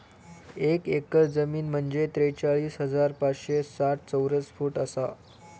एक एकर जमीन म्हंजे त्रेचाळीस हजार पाचशे साठ चौरस फूट आसा